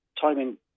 timing